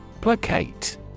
Placate